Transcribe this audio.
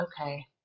Okay